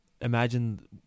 imagine